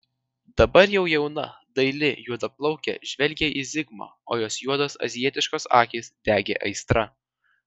dabar jau jauna daili juodaplaukė žvelgė į zigmą o juodos azijietiškos akys degė aistra